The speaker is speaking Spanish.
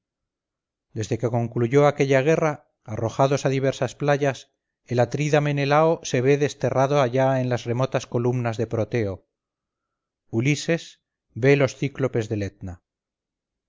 cafereo desde que concluyó aquella guerra arrojados a diversas playas el atrida menelao se ve desterrado allá en las remotas columnas de proteo ulises ve los cíclopes del etna